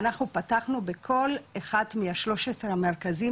אנחנו פתחנו בכל אחת מה-13 המרכזים,